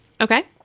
Okay